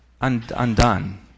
undone